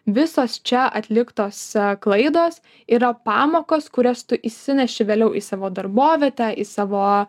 visos čia atliktos klaidos yra pamokos kurias tu išsineši vėliau į savo darbovietę į savo